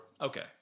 okay